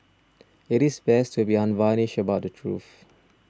it is best to be unvarnished about the truth